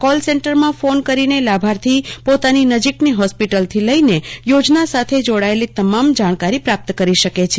call સેન્ટરમાં phone કરીને લાભાર્થી પોતાની નજીકની હોસ્પીટલથી લઈને યોજના સાથે જોડાયેલી તમામ જાણકારી પ્રાપ્ત કરી શકે છે